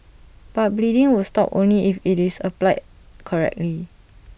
but bleeding will stop only if IT is applied correctly